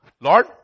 Lord